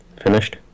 Finished